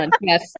Yes